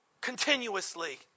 continuously